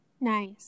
nice